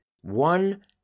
One